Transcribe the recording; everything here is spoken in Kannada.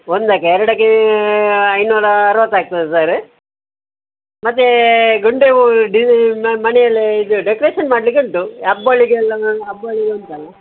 ಒಂದಕ್ಕೆ ಎರಡಕ್ಕೆ ಐನೂರ ಅರ್ವತ್ತು ಆಗ್ತದ ಸರ್ ಮತ್ತು ಗೊಂಡೆ ಹೂ ಡಿಸೈ ನಾನು ಮನೆಯಲ್ಲೇ ಇದು ಡೆಕೊರೇಷನ್ ಮಾಡ್ಲಿಕ್ಕೆ ಉಂಟು ಹಬ್ಬಗಳಿಗೆ ಎಲ್ಲ ನಾನು ಹಬ್ಬಗಳಿಗೆ ಉಂಟಲ್ಲ